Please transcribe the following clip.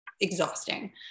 exhausting